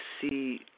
see –